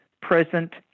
present